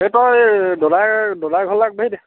এই তই দদাই দদাইৰ ঘৰলৈ আগবাঢ়ি দে